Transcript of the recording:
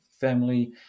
family